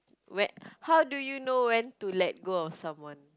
when how do you know when to let go of someone